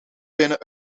winnen